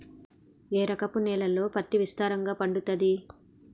ఏ రకపు నేలల్లో పత్తి విస్తారంగా పండుతది?